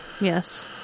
Yes